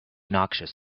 noxious